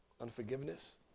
Unforgiveness